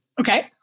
Okay